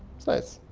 it's nice.